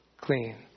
clean